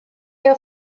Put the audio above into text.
your